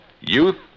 youth